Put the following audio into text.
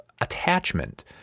attachment